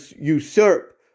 usurp